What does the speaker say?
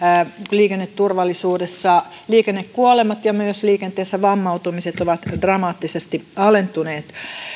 liikenneturvallisuudessa liikennekuolemat ja myös liikenteessä vammautumiset ovat dramaattisesti alentuneet